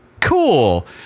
cool